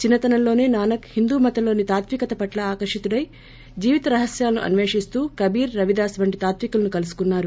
చిన్నతనంలోనే నానక్ హిందూ మతంలోని తాత్తీ కత పట్ల ఆకర్షితుడై జీవిత రహస్యాలను అనేపిస్తూ కబీర్ రవిదాస్ వంటి తాత్తి కులను కలుసుకున్నారు